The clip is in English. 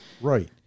Right